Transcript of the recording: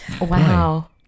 Wow